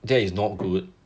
that is not good